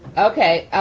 okay,